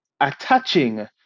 attaching